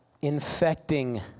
infecting